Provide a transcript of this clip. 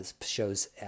shows